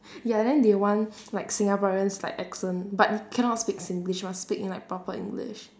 ya then they want like singaporeans like accent but cannot speak singlish must speak in like proper english